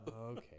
Okay